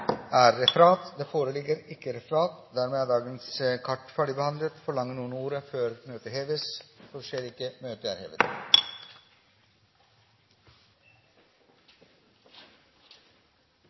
er dagens kart ferdigbehandlet. Forlanger noen ordet før møtet heves? – Møtet er hevet.